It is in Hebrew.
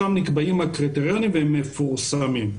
שם נקבעים הקריטריונים והם מפורסמים.